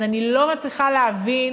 אז אני לא מצליחה להבין